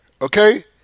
okay